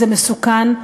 זה מסוכן,